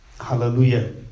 Hallelujah